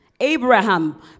Abraham